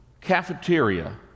cafeteria